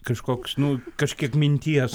kažkoks nu kažkiek minties